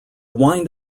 wind